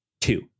Two